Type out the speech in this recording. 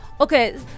Okay